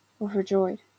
overjoyed